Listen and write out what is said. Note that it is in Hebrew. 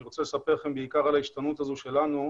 אני רוצה לספר בעיקר על ההשתנות הזו שלנו,